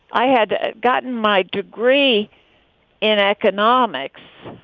i had gotten my degree in economics,